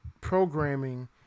programming